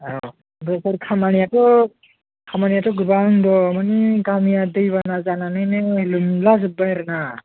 औ बेफोर खामानियाथ' खामानियाथ' गोबां दं मानि गामिया दै बाना जानानैनो लोमला जोबबाय आरोना